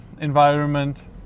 environment